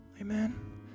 Amen